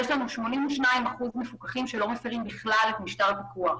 יש לנו 82% מפוקחים שלא מפרים בכלל את משפט הפיקוח.